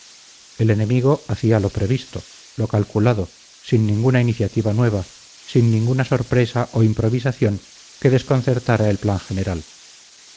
el enemigo hacía lo previsto lo calculado sin ninguna iniciativa nueva sin ninguna sorpresa o improvisación que desconcertara el plan general